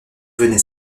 venait